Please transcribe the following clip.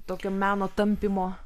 tokio meno tampymo